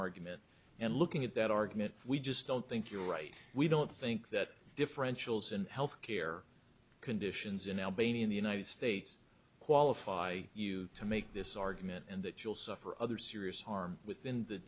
argument and looking at that argument we just don't think you're right we don't think that differentials and health care conditions in albania in the united states qualify you to make this argument and that you'll suffer other serious harm within th